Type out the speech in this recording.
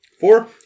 Four